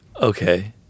Okay